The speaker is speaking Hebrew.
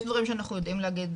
יש דברים שאנחנו יודעים להגיד,